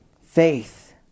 faith